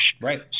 Right